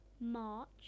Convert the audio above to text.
march